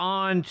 on